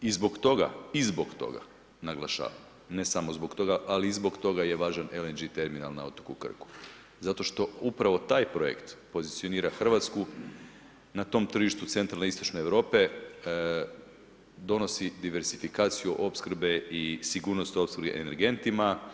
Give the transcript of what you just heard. I zbog toga, i zbog toga naglašavam, ne samo zbog toga, ali i zbog toga je važan LNG terminal na otoku Krku, zato što upravo taj projekt pozicionira Hrvatsku na tom tržištu centralne Istočne Europe donosi diversifikaciju opskrbe i sigurnost opskrbe energentima.